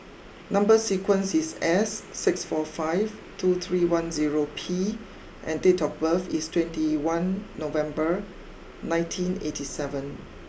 number sequence is S six four five two three one zero P and date of birth is twenty one November nineteen eighty seven